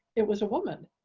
it was a woman.